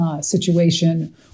situation